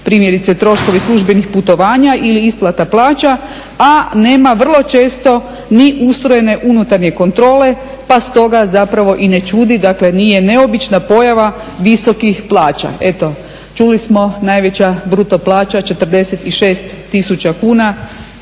primjerice troškovi službenih putovanja ili isplata plaća, a nema vrlo često ni ustrojne unutarnje kontrole pa stoga zapravo i ne čudi, dakle nije neobična pojava visokih plaća. Eto, čuli smo, najveća bruto plaća je 46 tisuća kuna,